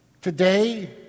today